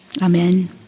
Amen